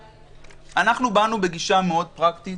באנו בגישה מאוד פרקטית.